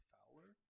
Fowler